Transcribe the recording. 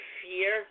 fear